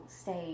stay